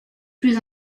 plus